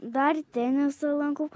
dar tenisą lankau